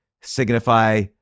signify